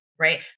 right